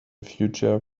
future